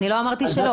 אני לא אמרתי שלא.